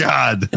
God